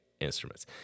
instruments